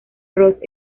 ross